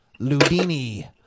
Ludini